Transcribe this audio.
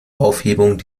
aufhebung